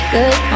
Good